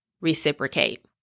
reciprocate